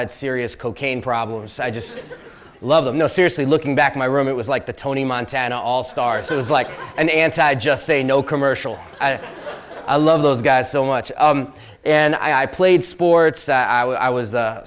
had serious cocaine problems i just love them no seriously looking back to my room it was like the tony montana all stars it was like an anti just say no commercial a love those guys so much and i played sports i was